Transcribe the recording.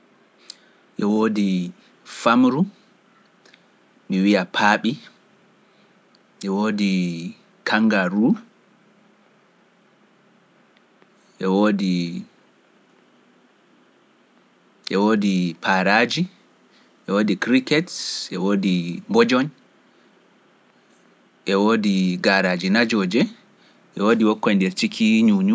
Ɗum wodifamru, paaɓi, kangal ru, paaraaji, krikets, mbojoñ, garaaji najooje, wakkoy nder ciki ñu ñu.